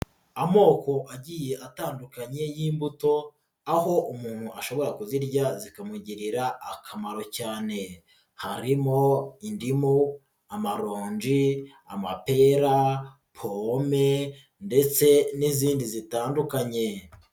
Amoko agiye atandukanye y'imbuto aho umuntu ashobora kuzirya zikamugirira akamaro cyane, harimo indimu, amaronji, amapera, pome ndetse n'izindi zitandukanye.